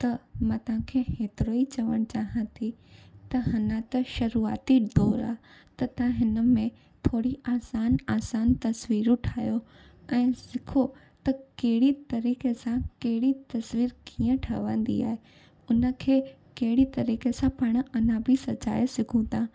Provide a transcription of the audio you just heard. त मां तव्हांखे हेतिरो ई चवण चाहियां थी त अञां त शुरुआती दौर आहे त तव्हां हिन में थोरी आसानु आसानु तसवीरूं ठाहियो ऐं सिखो त कहिड़ी तरीक़े सां कहिड़ी तसवीरु कीअं ठहंदी आहे उन खे कहिड़ी तरीक़े सां पाण अञां बि सचाए सघू था